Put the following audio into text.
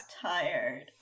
tired